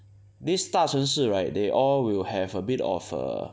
these 大城市 right they all will have a bit of a